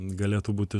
galėtų būti